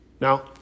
Now